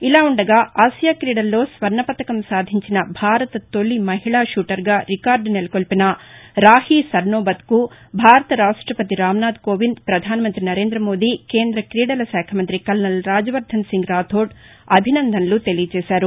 ఇలా ఉండగా ఆసియా క్రీడల్లో స్వర్ణ పతకం సాధించిన భారత తొలి మహిళా షూటర్గా రికార్లు నెలకొల్పిన రాహి సర్నోబత్కు భారత రాష్టపతి రామ్నాధ్ కోవింద్ పధాన మంత్రి నరేంద మోదీ కేంద్ర క్రీడల శాఖ మంత్రి కల్నల్ రాజ్ వర్దన్ సింగ్ రాథోడ్ అభినందనలు తెలియజేశారు